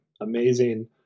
amazing